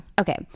okay